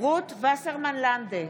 רות וסרמן לנדה,